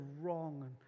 wrong